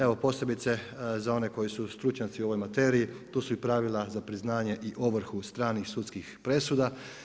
Evo posebice za one koji su stručnjaci u ovoj materiji tu su i pravila za priznanje i ovrhu stranih sudskih presuda.